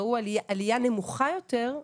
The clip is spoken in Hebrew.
ראו עלייה נמוכה יותר,